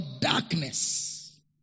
darkness